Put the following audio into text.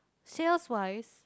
sales wise